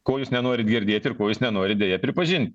ko jūs nenorit girdėti ir ko jūs nenorit deja pripažint